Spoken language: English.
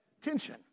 tension